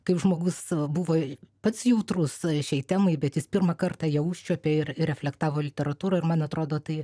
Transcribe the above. kaip žmogus buvo pats jautrus šiai temai bet jis pirmą kartą ją užčiuopė ir reflektavo literatūroj ir man atrodo tai